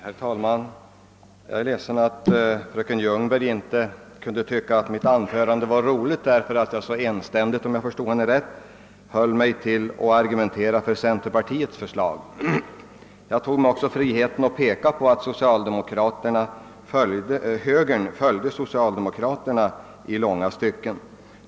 Herr talman! Jag är ledsen att fröken Ljungberg inte kunde finna mitt anförande roligt därför att hon, om jag förstod henne rätt, ansåg mig ensidigt argumentera för centerpartiets förslag. Jag tog mig också friheten att framhålla, att högern följde socialdemokraterna i långa stycken.